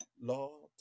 Lord